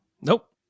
Nope